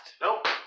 Nope